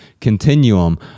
continuum